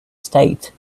state